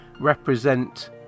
represent